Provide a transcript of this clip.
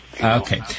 Okay